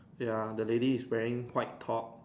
ya the lady is wearing white top